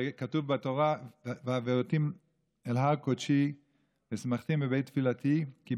וכתוב בתורה: "והביאותים אל הר קדשי ושמחתים בבית תפלתי עולתיהם